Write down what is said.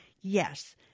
yes